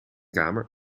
kamer